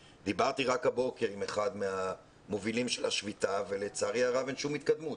דיברתי רק הבוקר עם אחד המובילים של השביתה ולצערי הרב אין שום התקדמות.